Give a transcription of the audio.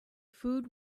food